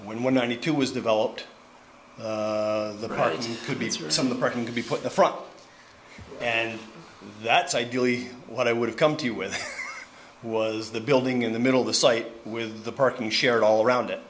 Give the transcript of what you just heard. when one ninety two was developed the cards could be some of the parking to be put the front and that's ideally what i would have come to with was the building in the middle the site with the parking shared all around it